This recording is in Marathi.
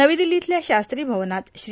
नवी दिल्ली इथल्या शास्त्री भवनात श्री